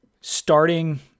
starting